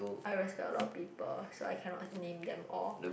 I respect a lot of people so I cannot name them all